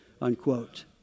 unquote